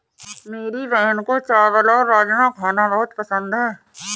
मेरी बहन को चावल और राजमा खाना बहुत पसंद है